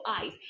eyes